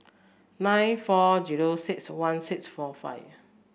nine four zero six one six four five